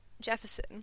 Jefferson